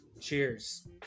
cheers